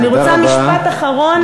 ואני רוצה, משפט אחרון.